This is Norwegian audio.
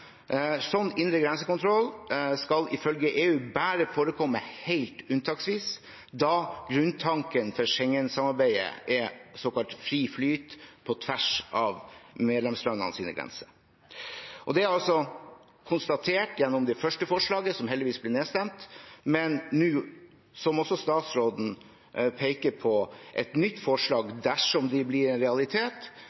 indre grensekontroll. Slik indre grensekontroll skal ifølge EU bare forekomme helt unntaksvis, da grunntanken for Schengen-samarbeidet er såkalt fri flyt på tvers av medlemslandenes grenser. Det er konstatert gjennom det første forslaget, som heldigvis ble nedstemt. Men nå er det, som også statsråden peker på, et nytt forslag,